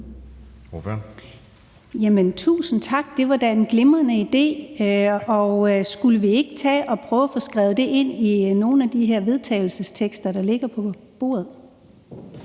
tusind tak. Det var da en glimrende idé. Skulle vi ikke tage at prøve at få skrevet det ind i nogle af de her vedtagelsestekster, der ligger på bordet?